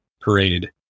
parade